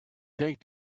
take